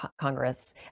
Congress